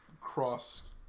cross